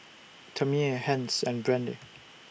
Tamie Hence and Brande